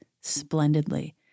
splendidly